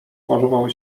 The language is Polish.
porwał